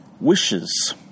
wishes